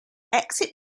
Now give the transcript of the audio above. exit